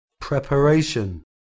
Preparation